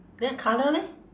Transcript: then colour leh